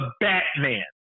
Batman